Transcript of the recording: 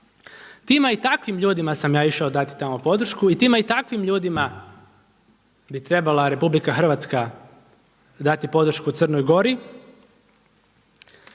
tima i takvim ljudima sam ja išao dati tamo podršku i tima i takvim ljudima bi trebala RH dati podršku Crnoj Gori